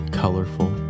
colorful